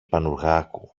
πανουργάκου